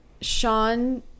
Sean